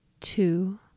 Two